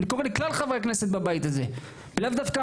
אני קורא לכלל חברי הכנסת בבית הזה, לאו דווקא